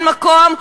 אין מקום,